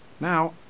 Now